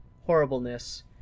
horribleness